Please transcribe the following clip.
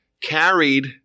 carried